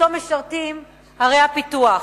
שאותו משרתות ערי הפיתוח.